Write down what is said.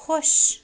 خۄش